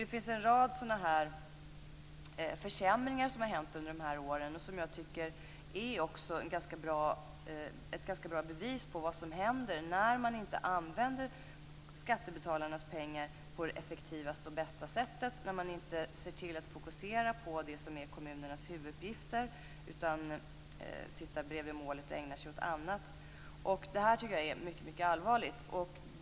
Det finns en rad sådana här försämringar som har hänt under åren och som jag tycker är ett ganska bra bevis på vad som händer när man inte använder skattebetalarnas pengar på det effektivaste och bästa sättet, när man inte ser till att fokusera det som är kommunernas huvuduppgifter utan tittar bredvid målet och ägnar sig åt annat. Det här tycker jag är mycket allvarligt.